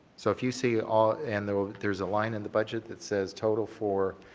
so if you see all and there's there's a line in the budget that says total for